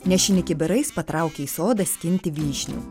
nešini kibirais patraukė į sodą skinti vyšnių